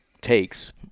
takes